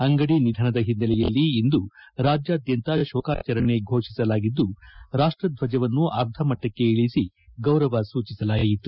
ಅಂಗಡಿ ನಿಧನದ ಹಿನ್ನೆಲೆಯಲ್ಲಿ ಇಂದು ರಾಜ್ಯಾದ್ಯಂತ ಶೋಕಾಚರಣೆ ಘೋಷಿಸಲಾಗಿದ್ದು ರಾಷ್ಟರ್ವಜವನ್ನು ಅರ್ಧಮಟ್ಟಕ್ಕೆ ಇಳಿಸಿ ಗೌರವ ಸೂಚಿಸಲಾಯಿತು